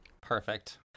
Perfect